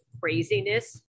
craziness